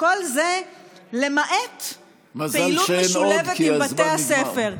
וכל זה, למעט פעילות משולבת עם בתי הספר.